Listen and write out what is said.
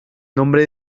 nombre